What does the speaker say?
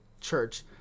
church